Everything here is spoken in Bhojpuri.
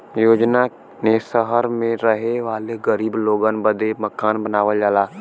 योजना ने सहर मे रहे वाले गरीब लोगन बदे मकान बनावल जाला